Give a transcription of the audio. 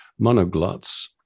monoglots